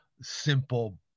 simple